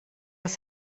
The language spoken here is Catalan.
les